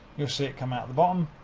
you'll see it come out the bottom.